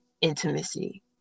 intimacy